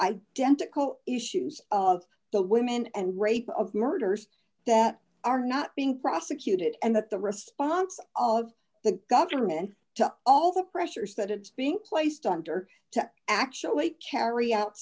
identical issues of the women and rape of murders that are not being prosecuted and that the response of the government to all the pressures that it's being placed under to actually carry out